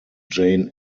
jane